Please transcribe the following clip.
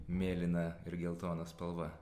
mėlyna ir geltona spalva